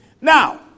now